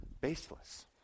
baseless